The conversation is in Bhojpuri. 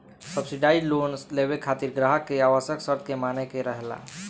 सब्सिडाइज लोन लेबे खातिर ग्राहक के आवश्यक शर्त के माने के रहेला